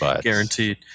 Guaranteed